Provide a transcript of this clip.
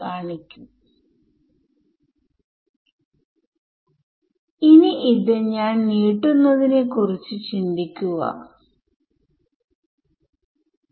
കാരണം ഇപ്പോൾ ഞാൻ ടൈം ഡെറിവേറ്റീവ് എടുക്കുകയാണ്